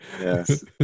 Yes